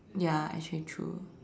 ya actually true